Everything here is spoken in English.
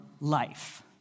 life